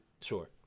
sure